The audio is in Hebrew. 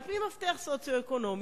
על-פי מפתח סוציו-אקונומי.